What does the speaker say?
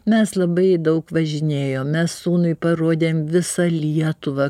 mes labai daug važinėjom mes sūnui parodėme visa lietuvą